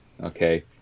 Okay